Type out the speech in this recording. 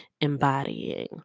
embodying